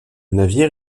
navire